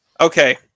Okay